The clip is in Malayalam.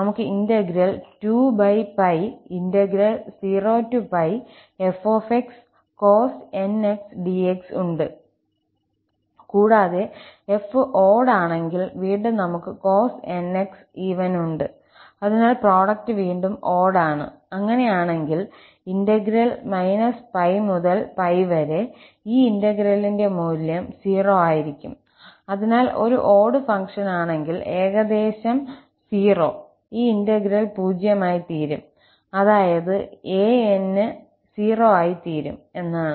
നമുക്ക് ഇന്റഗ്രൽ 2 π0fxcos nx dx ഉണ്ട് എപ്പോഴാണ് കൂടാതെ 𝑓ഓട് ആണെങ്കിൽ വീണ്ടും നമുക്ക് Cos nx ഈവൻ ഉണ്ട് അതിനാൽ പ്രോഡക്റ്റ് വീണ്ടും ഓട് ആണ് അങ്ങനെയാണെങ്കിൽ ഇന്റഗ്രൽ π മുതൽ π വരെ ഈ ഇന്റഗ്രലിന്റെ മൂല്യം 0 ആയിരിക്കും അതിനാൽ ഒരു ഓട് ഫംഗ്ഷനാണെങ്കിൽ ഏകദേശം 0 ഈ ഇന്റഗ്രൽ പൂജ്യമായിത്തീരും അതായത് 𝑎n′s 0 ആയിത്തീരും എന്നാണ്